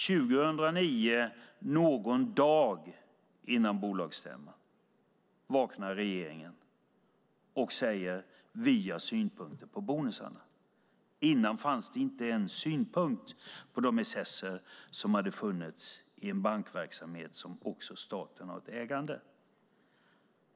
År 2009, någon dag före bolagsstämman, vaknade regeringen och sade: Vi har synpunkter på bonusarna. Före det fanns det inte en synpunkt på de excesser som hade funnits i en bankverksamhet där också staten hade ett ägande.